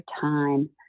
time